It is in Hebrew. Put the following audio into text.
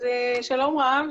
אז שלום רב.